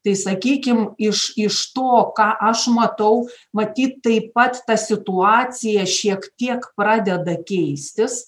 tai sakykim iš iš to ką aš matau matyt taip pats ta situacija šiek tiek pradeda keistis